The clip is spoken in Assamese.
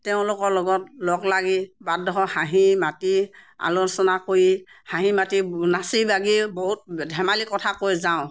তেওঁলোকৰ লগত লগ লাগি বাটডোখৰ হাঁহি মাতি আলোচনা কৰি হাঁহি মাতি নাচি বাগি বহুত ধেমালি কথা কৈ যাওঁ